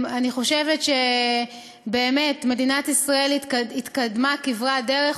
אני חושבת שבאמת מדינת ישראל התקדמה כברת דרך.